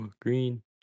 Green